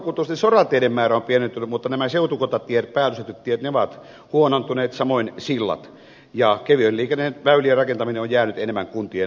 huonokuntoisten sorateiden määrä on pienentynyt mutta nämä seutukuntatiet päällystetyt tiet ovat huonontuneet samoin sillat ja kevyen liikenteen väylien rakentaminen on jäänyt enemmän kuntien vastuulle